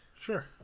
Sure